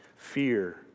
fear